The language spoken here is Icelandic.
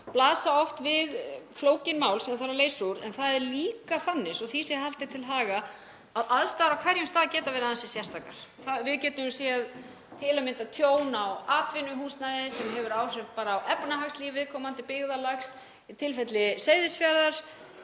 blasa oft við flókin mál sem þarf að leysa úr. En það er líka þannig, svo því sé haldið til haga, að aðstæður á hverjum stað geta verið ansi sérstakar. Við getum við séð til að mynda tjón á atvinnuhúsnæði sem hefur áhrif á efnahagslíf viðkomandi byggðarlags. Í tilfelli Seyðisfjarðar